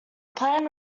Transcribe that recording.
planned